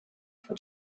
for